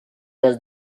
was